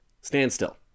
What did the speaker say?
standstill